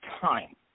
time